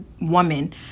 woman